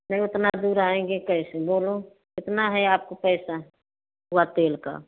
नहीं उतना दूर आएँगे कैसे बोलो कितना है अपका पैसा हुआ तेल का